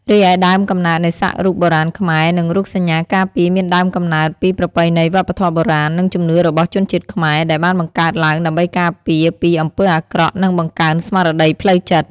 រីឯដើមកំណើតនៃសាក់រូបបុរាណខ្មែរនិងរូបសញ្ញាការពារមានដើមកំណើតពីប្រពៃណីវប្បធម៌បុរាណ និងជំនឿរបស់ជនជាតិខ្មែរ ដែលបានបង្កើតឡើងដើម្បីការពារពីអំពើអាក្រក់ និងបង្កើនស្មារតីផ្លូវចិត្ត។